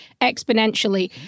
exponentially